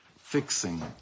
fixing